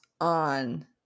on